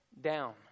down